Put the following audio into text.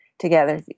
together